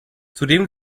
zudem